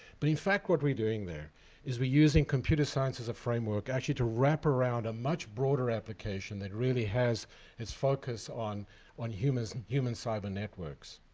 but in fact what we're doing there is using computer science as a framework actually to wrap around a much broader application that really has its focus on on human human cyber-networks.